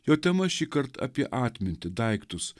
jo tema šįkart apie atmintį daiktus